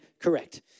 correct